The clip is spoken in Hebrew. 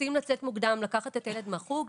רוצים לצאת מוקדם לקחת את הילד לחוג,